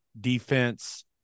defense